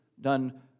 done